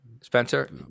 Spencer